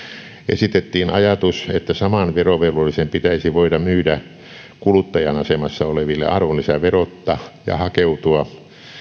esitettiin ajatus että saman verovelvollisen pitäisi voida myydä kuluttajan asemassa oleville arvonlisäverotta ja hakeutua